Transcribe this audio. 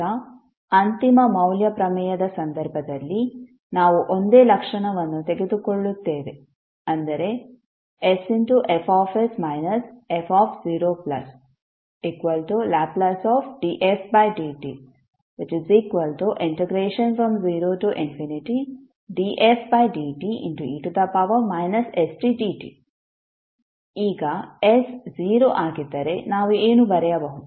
ಈಗ ಅಂತಿಮ ಮೌಲ್ಯ ಪ್ರಮೇಯದ ಸಂದರ್ಭದಲ್ಲಿ ನಾವು ಒಂದೇ ಲಕ್ಷಣವನ್ನು ತೆಗೆದುಕೊಳ್ಳುತ್ತೇವೆ ಅಂದರೆ sFs f0Ldfdt0dfdte stdt ಈಗ s → 0 ಆಗಿದ್ದರೆ ನಾವು ಏನು ಬರೆಯಬಹುದು